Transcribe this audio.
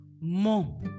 More